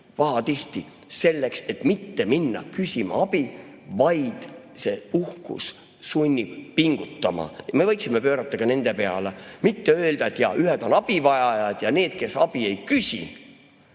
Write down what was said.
pahatihti selleks, et mitte minna küsima abi. See uhkus sunnib pingutama. Me võiksime pöörata ka nende poole, mitte öelda, et jaa, ühed on abivajajad, aga need, kes abi ei küsi,